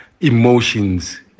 emotions